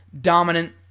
dominant